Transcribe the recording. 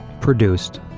produced